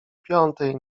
piątej